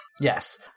Yes